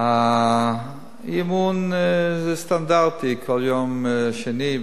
האי-אמון זה סטנדרטי: כל יום שני,